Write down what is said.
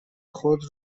خود